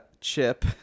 Chip